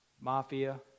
Mafia